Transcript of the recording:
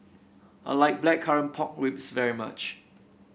I like Blackcurrant Pork Ribs very much